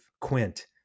Quint